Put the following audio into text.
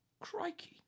Crikey